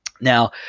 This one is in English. Now